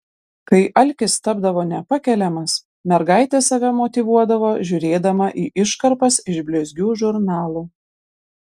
kai alkis tapdavo nepakeliamas mergaitė save motyvuodavo žiūrėdama į iškarpas iš blizgių žurnalų